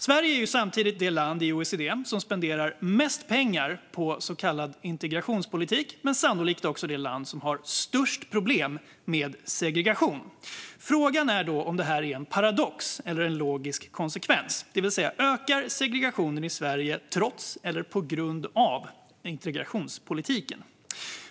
Sverige är samtidigt det land i OECD som spenderar mest pengar på så kallad integrationspolitik men sannolikt också det land som har störst problem med segregation. Frågan är om det är en paradox eller en logisk konsekvens, det vill säga: Ökar segregationen i Sverige trots eller på grund av integrationspolitiken?